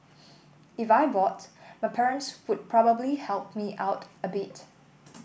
if I bought my parents would probably help me out a bit